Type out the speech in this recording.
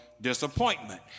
disappointment